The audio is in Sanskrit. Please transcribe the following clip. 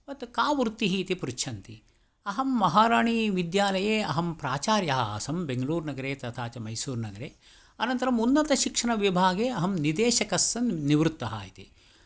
तत् कावृत्तिः इति पृच्छन्ति अहं महाराणिविद्यालये अहं प्रचार्यः आसं बेङ्गळूरुनगरे तथा च मैसूरुनगरे अनन्तरं उन्नतशिक्षणविभागे निदेशकः सन् निवृत्तः इति